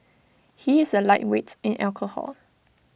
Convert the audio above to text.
he is A lightweight in alcohol